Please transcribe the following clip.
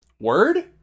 Word